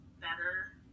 better